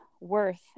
worth